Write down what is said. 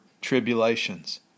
tribulations